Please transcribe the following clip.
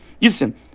listen